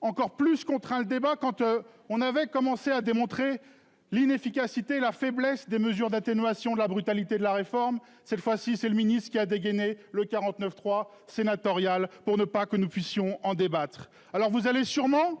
encore plus contraint le débat quand on avait commencé à démontrer l'inefficacité la faiblesse des mesures d'atténuation de la brutalité de la réforme cette fois-ci c'est le ministre qui a dégainé le 49 3 sénatoriale pour ne pas que nous puissions en débattre. Alors vous allez sûrement